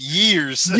years